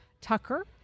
Tucker